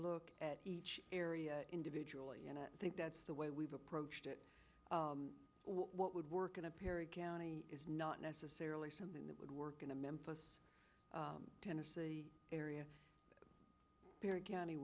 look at each area individually and i think that's the way we've approached it what would work in a perry county is not necessarily something that would work in a memphis tennessee area perry county